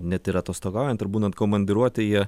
net ir atostogaujant ar būnant komandiruotėje